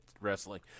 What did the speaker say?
wrestling